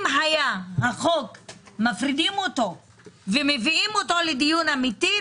אם היו מפרידים את החוק ומביאים אותו לדיון אמיתי,